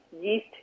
yeast